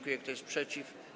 Kto jest przeciw?